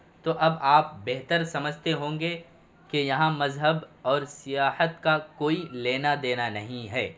تو اب آپ بہتر سمجھتے ہوں گے کہ یہاں مذہب اور سیاحت کا کوئی لینا دینا نہیں ہے